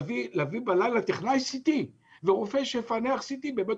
להביא בלילה טכנאי CT ורופא שיפענח CT בבית